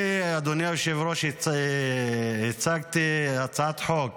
אני, אדוני היושב-ראש, הצגתי הצעת חוק